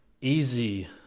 easy